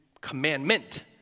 commandment